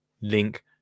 link